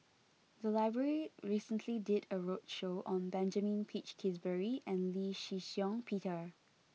the library recently did a roadshow on Benjamin Peach Keasberry and Lee Shih Shiong Peter